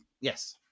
yes